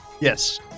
yes